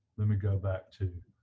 let me go back to